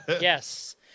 Yes